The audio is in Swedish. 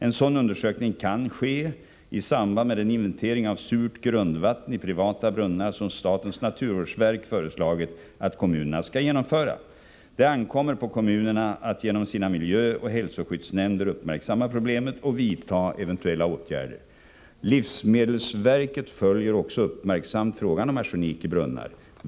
En sådan undersökning kan ske i samband med den inventering av surt grundvatten i privata brunnar som statens naturvårdsverk föreslagit att kommunerna skall genomföra. Det ankommer på kommunerna att genom sina miljöoch hälsoskyddsnämnder uppmärksamma problemet och vidta eventuella åtgärder. Livsmedelsverket följer uppmärksamt frågan om arsenik i brunnar.